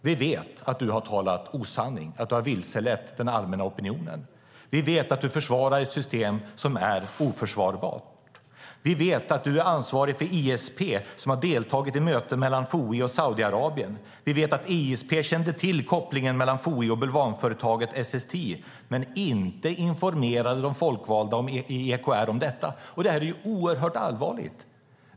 Vi vet att du har talat osanning och vilselett den allmänna opinionen. Vi vet att du försvarar ett system som är oförsvarbart. Vi vet att du är ansvarig för ISP som har deltagit i möten mellan FOI och Saudiarabien. Vi vet också att ISP kände till kopplingen mellan FOI och bulvanföretaget SSTI men inte informerade de folkvalda i EKR om detta. Det är oerhört allvarligt.